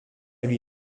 lui